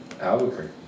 Albuquerque